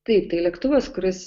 taip tai lėktuvas kuris